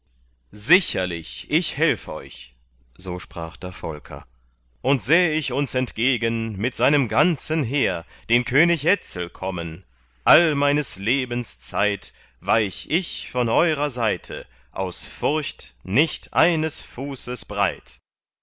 sicherlich ich helf euch so sprach da volker und säh ich uns entgegen mit seinem ganzen heer den könig etzel kommen all meines lebens zeit weich ich von eurer seite aus furcht nicht eines fußes breit